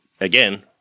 again